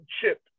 chip